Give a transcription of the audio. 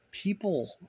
People